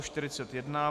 41.